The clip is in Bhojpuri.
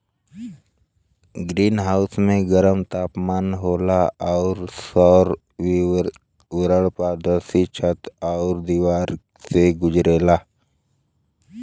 ग्रीन हाउस में गरम तापमान होला आउर सौर विकिरण पारदर्शी छत आउर दिवार से गुजरेला